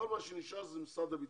כל מה שנשאר זה משרד הביטחון.